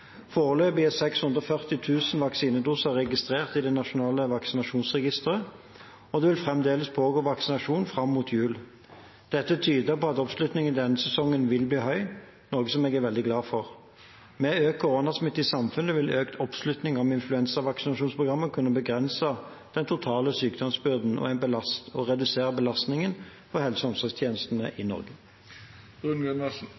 Foreløpig er 640 000 vaksinedoser registrert i det nasjonale vaksinasjonsregisteret, og det vil fremdeles pågå vaksinasjon fram mot jul. Dette tyder på at oppslutningen denne sesongen vil bli høy – noe jeg er veldig glad for. Med økt koronasmitte i samfunnet vil økt oppslutning om influensavaksinasjonsprogrammet kunne begrense den totale sykdomsbyrden og redusere belastningen på helse- og